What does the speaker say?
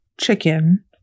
chicken